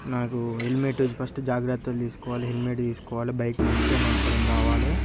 నాకు helmet first జాగ్రత్తలు తీసుకోవాలి హెల్మెట్ తీసుకోవాలి బైక్ మంచిగా నడపడం రావలి